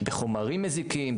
בחומרים מזיקים,